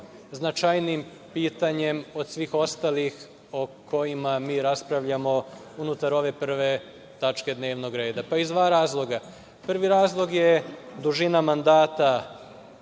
značajnijim pitanjem od svih ostalih o kojima mi raspravljamo unutar ove prve tačke dnevnog reda? Iz dva razloga, a prvi razlog je dužina mandata